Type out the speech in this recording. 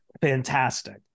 fantastic